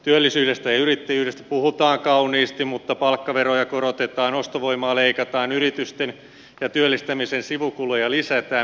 työllisyydestä ja yrittäjyydestä puhutaan kauniisti mutta palkkaveroja korotetaan ostovoimaa leikataan yritysten ja työllistämisen sivukuluja lisätään miljarditolkulla